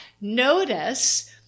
Notice